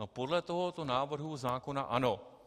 No, podle tohoto návrhu zákona ano.